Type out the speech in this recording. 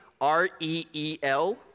R-E-E-L